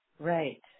Right